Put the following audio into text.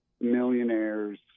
millionaires